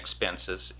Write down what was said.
expenses